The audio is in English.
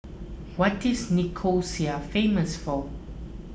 what is Nicosia famous for